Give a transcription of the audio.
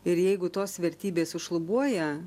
ir jeigu tos vertybės sušlubuoja